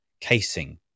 casing